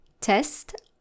test